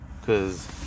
Cause